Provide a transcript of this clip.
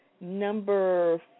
Number